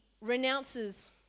renounces